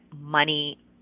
money